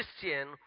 Christian